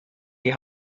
die